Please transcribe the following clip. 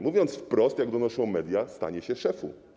Mówiąc wprost, jak donoszą media, stanie się szefu.